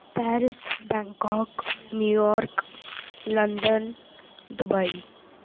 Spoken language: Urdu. Paris Bangkok new york London Dubai